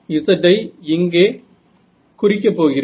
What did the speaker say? Z ஐ இங்கே குறிக்க போகிறேன்